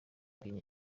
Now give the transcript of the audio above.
yabwiye